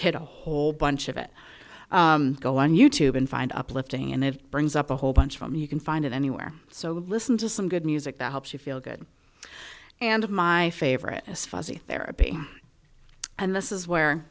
kid a whole bunch of it go on youtube and find uplifting and it brings up a whole bunch from you can find it anywhere so listen to some good music that helps you feel good and my favorite is fuzzy therapy and this is where